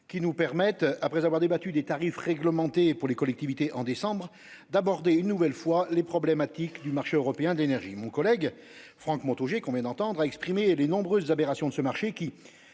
qui nous offrent l'occasion, après avoir débattu des tarifs réglementés pour les collectivités en décembre, d'aborder une nouvelle fois les problématiques du marché européen de l'énergie. Mon collègue Franck Montaugé a exprimé les nombreuses aberrations de ce marché, qui,